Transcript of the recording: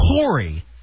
Corey